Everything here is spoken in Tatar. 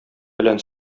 белән